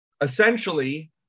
Essentially